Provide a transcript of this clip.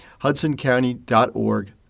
hudsoncounty.org